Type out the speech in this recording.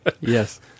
Yes